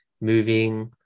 moving